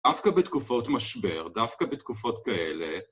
דווקא בתקופות משבר, דווקא בתקופות כאלה.